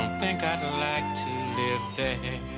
think i'd and like to live there